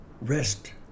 Rest